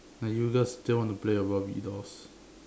now you girls still wanna play your barbie dolls